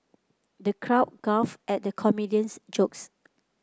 the crowd guffawed at the comedian's jokes